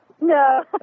No